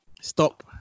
Stop